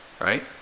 right